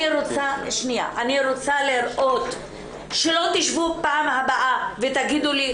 אני רוצה לראות שלא תשבו פעם הבאה ותגידו לי,